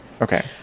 okay